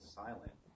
silent